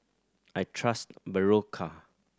I trust Berocca